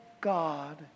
God